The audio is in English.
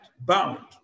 bound